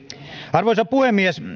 arvoisa puhemies